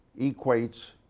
equates